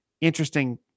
interesting